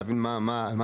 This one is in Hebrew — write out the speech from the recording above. להבין מה המחלוקת,